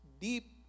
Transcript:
deep